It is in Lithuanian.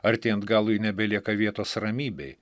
artėjant galui nebelieka vietos ramybei